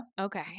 okay